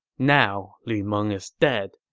now, lu meng is dead,